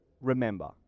remember